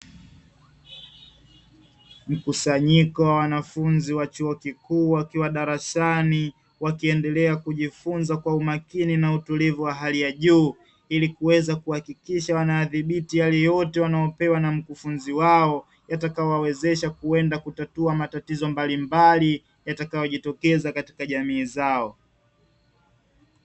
Mkusanyiko wa wanafunzi wa chuo kikuu wakiwa darasani, wakiendelea kujifunza kwa umakini na utulivu wa hali ya juu, ili kuweza kuhakikisha wanadhibiti hali yote wanayopewa na mkufunzi wao, yatakayowawezesha kwenda kutatua matatizo mbalimbali, yatakayojitokeza katika jamii zao.